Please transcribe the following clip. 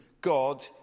God